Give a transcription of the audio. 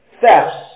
thefts